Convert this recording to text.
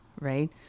right